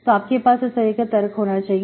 तो आपके पास इस तरह का तर्क होना चाहिए